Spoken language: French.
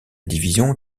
division